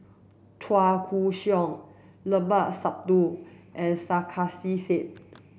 Chua Koon Siong Limat Sabtu and Sarkasi Said